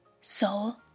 soul